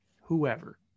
whoever